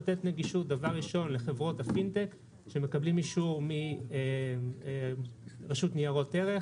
לתת נגישות דבר ראשון לחברות הפינטק שמקבלים אישור מרשות ניירות ערך,